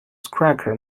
cracker